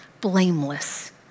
blameless